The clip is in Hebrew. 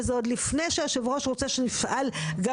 וזה עוד לפני שיושב הראש רוצה שנפעל גם